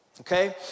okay